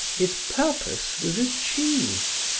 his purpose was achieved.